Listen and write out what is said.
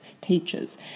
teachers